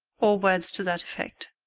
or words to that effect.